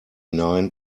nine